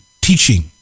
teaching